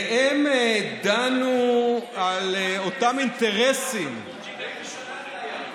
והם דנו באותם אינטרסים, באיזו שנה זה היה?